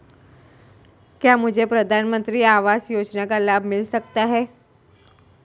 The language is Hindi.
क्या मुझे प्रधानमंत्री आवास योजना का लाभ मिल सकता है?